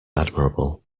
admirable